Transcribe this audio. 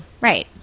Right